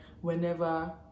whenever